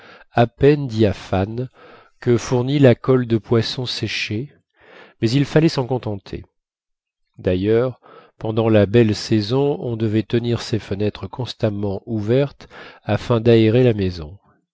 à peine diaphane que fournit la colle de poisson séchée mais il fallait s'en contenter d'ailleurs pendant la belle saison on devait tenir ces fenêtres constamment ouvertes afin d'aérer la maison